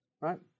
right